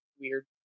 weird